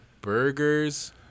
burgers